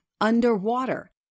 underwater